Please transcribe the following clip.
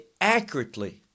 accurately